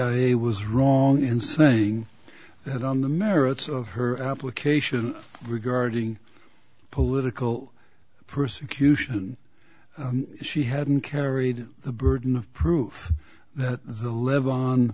i was wrong in saying that on the merits of her application regarding political persecution she hadn't carried the burden of proof that the live on